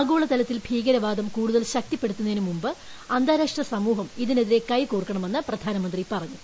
ആഗോളതലത്തിൽ ഭീകരവാദം കൂടുതൽ ശക്തിപ്പെടുത്തുന്നതിന് മുൻപ് അന്താരാഷ്ട്ര സമൂഹം ഇതിനെതിരെ കൈകോർക്കണമെന്ന് പ്രധാനമന്ത്രി പറഞ്ഞു